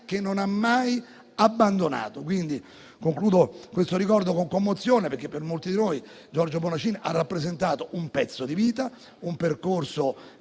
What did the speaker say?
che non ha mai abbandonato. Quindi concludo questo ricordo con commozione, perché per molti di noi Giorgio Bornacin ha rappresentato un pezzo di vita, un percorso